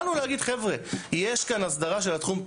באנו להגיד, חבר'ה, יש כאן הסדרה של התחום?